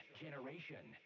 generation